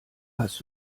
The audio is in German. hast